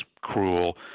cruel